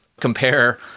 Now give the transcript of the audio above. compare